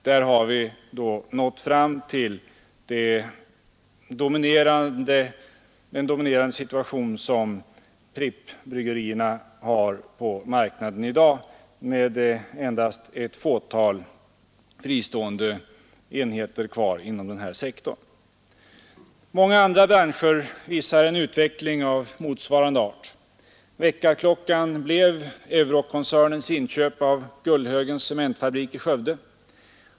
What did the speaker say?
Där har vi nått fram till den dominerande situation som Prippsbryggerierna har på marknaden i dag. Det är endast ett fåtal fristående enheter kvar inom denna sektor. Många andra branscher visar en utveckling av motsvarande art. Väckarklockan blev Euroc-koncernens inköp av Gullhögens cementfabrik i Skövde.